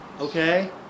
Okay